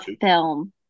film